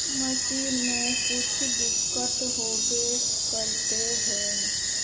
Machine में कुछ दिक्कत होबे करते है?